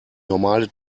normale